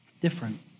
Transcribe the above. different